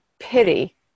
pity